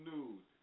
News